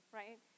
right